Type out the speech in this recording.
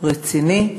רציני,